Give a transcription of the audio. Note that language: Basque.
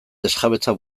desjabetzea